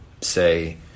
say